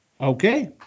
Okay